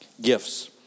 gifts